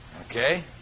okay